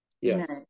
yes